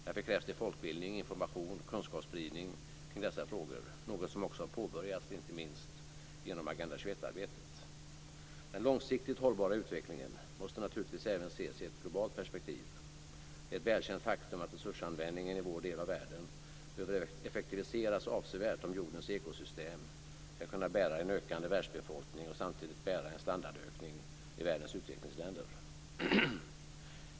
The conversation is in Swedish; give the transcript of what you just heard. Därför krävs det folkbildning, information och kunskapsspridning kring dessa frågor - något som också har påbörjats inte minst genom Agenda 21-arbetet. Den långsiktigt hållbara utvecklingen måste naturligtvis även ses i ett globalt perspektiv. Det är ett välkänt faktum att resursanvändningen i vår del av världen behöver effektiviseras avsevärt om jordens ekosystem skall kunna bära en ökande världsbefolkning och samtidigt bära en standardökning i världens utvecklingsländer.